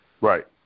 Right